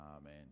Amen